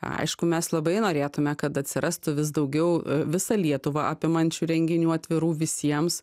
aišku mes labai norėtume kad atsirastų vis daugiau visą lietuvą apimančių renginių atvirų visiems